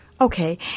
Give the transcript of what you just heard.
Okay